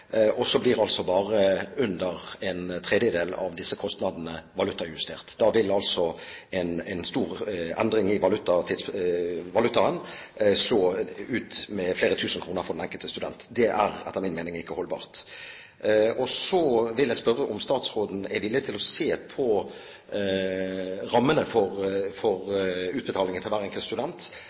og så blir altså bare under en tredel av disse kostnadene valutajustert. Da vil en stor endring i valutaen slå ut med flere tusen kroner for den enkelte student. Det er etter min mening ikke holdbart. Så vil jeg spørre om statsråden er villig til å se på rammene for utbetaling til hver enkelt student,